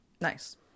Nice